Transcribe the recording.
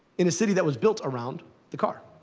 in a city that was built around the car.